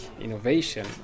innovation